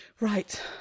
Right